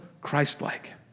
Christ-like